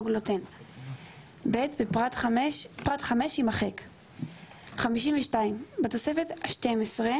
גלוטן""; פרט (5) - יימחק; (52) בתוספת השתים עשרה